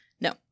No